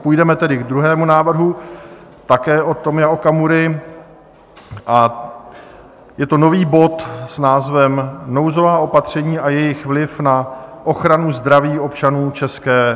Půjdeme tedy k druhému návrhu, také od Tomia Okamury, a je to nový bod s názvem Nouzová opatření a jejich vliv na ochranu zdraví občanů ČR.